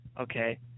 Okay